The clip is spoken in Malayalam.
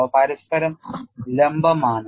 അവ പരസ്പരം ലംബമാണ്